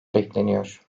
bekleniyor